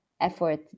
effort